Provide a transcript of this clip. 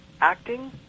acting